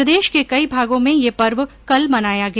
प्रदेश के कई भागों में यह पर्व कल मनाया गया